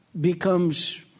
becomes